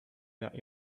that